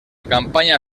campaña